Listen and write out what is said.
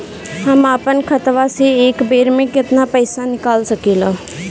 हम आपन खतवा से एक बेर मे केतना पईसा निकाल सकिला?